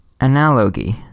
analogy